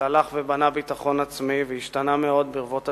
שהלך ובנה ביטחון עצמי והשתנה מאוד ברבות השנים,